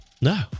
No